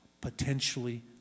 potentially